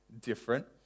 different